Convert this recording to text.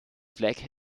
flag